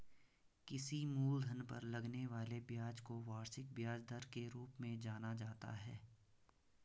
किसी मूलधन पर लगने वाले ब्याज को वार्षिक ब्याज दर के रूप में जाना जाता है